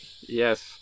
Yes